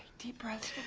deep breaths